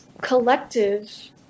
collective